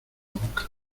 boca